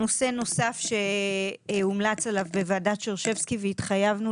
נושא נוסף שהומלץ עליו בוועדת שרשבסקי והתחייבנו